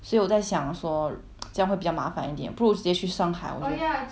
所以我在想说 这样会比较麻烦一点不如直接去上海我